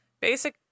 basic